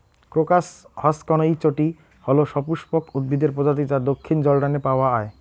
crocus হসকনেইচটি হল সপুষ্পক উদ্ভিদের প্রজাতি যা দক্ষিণ জর্ডানে পাওয়া য়ায়